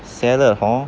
salad hor